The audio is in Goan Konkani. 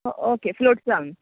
ओके फ्लोट्सांक